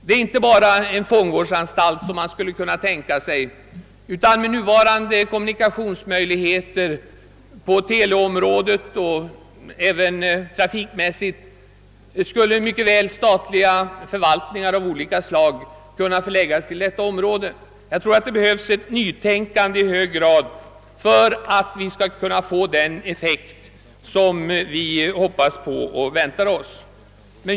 Det är inte bara en fångvårdsanstalt som man skall tänka sig, utan med nuvarande kommunikationsmöjligheter på teleområdet och även rent trafikmässigt skulle mycket väl statliga förvaltningar av olika slag kunna förläggas till detta område. Jag tror att det i hög grad behövs ett nytänkande för att vi skall få den effekt som vi hoppas på och väntar oss.